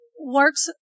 works